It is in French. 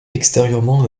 extérieurement